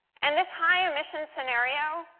and this high emissions scenario,